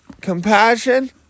compassion